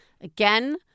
Again